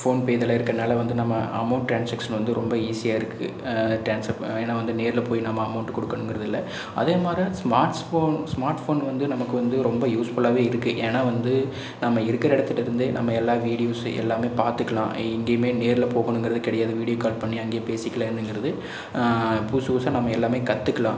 phone பே இதெல்லாம் இருக்கிறனால வந்து நம்ம அமௌண்ட் டிரான்ஸாக்ஷன் வந்து ரொம்ப ஈஸியாகருக்கு டிரான்ஸ்வர் ஏன்னா வந்து நேரில் போய் நம்ம அமௌண்ட் கொடுக்கணுங்கறது இல்லை அதே மாரி ஸ்மார்ட்ஸ் ஃபோன் ஸ்மார்ட் ஃபோன் வந்து நமக்கு வந்து ரொம்ப யூஸ்ஃபுல்லாகவே இருக்கு ஏன்னா வந்து நம்ம இருக்கிற இடத்துட்ட இருந்தே நம்ம எல்லா வீடியோஸு எல்லாமே பார்த்துக்கலாம் எங்கேயுமே நேரில் போகணுங்கறது கிடையாது வீடியோ கால் பண்ணி அங்கே பேசிக்கலானுங்கறது புதுசு புதுசாக நம்ம எல்லாமே கற்றுக்குலாம்